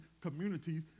communities